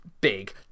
big